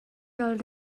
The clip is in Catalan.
del